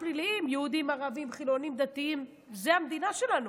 יהודים, ערבים, חילונים, דתיים, זה המדינה שלנו.